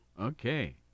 Okay